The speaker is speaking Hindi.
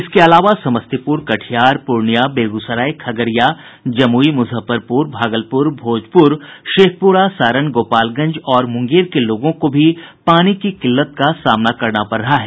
इसके अलावा समस्तीपुर कटिहार पूर्णिया बेगूसराय खगड़िया जमुई मुजफ्फरपुर भागलपुर भोजपुर शेखपुरा सारण गोपालगंज और मुंगेर के लोगों को भी पानी की किल्लत का सामना करना पड़ रहा है